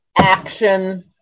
action